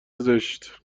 زشت